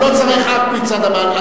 הוא לא צריך רק מצד הבעל.